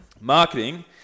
Marketing